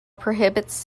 prohibits